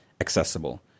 accessible